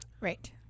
Right